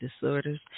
disorders